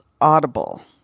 Audible